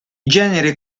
genere